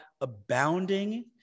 abounding